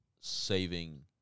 Saving